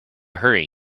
hurry